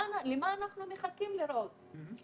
מה אנחנו מחכים לראות?